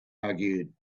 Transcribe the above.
argued